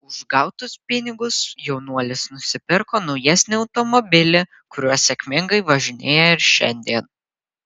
už gautus pinigus jaunuolis nusipirko naujesnį automobilį kuriuo sėkmingai važinėja ir šiandien